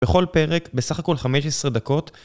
בכל פרק, בסך הכל 15 דקות.